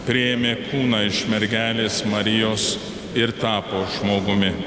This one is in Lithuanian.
priėmė kūną iš mergelės marijos ir tapo žmogumi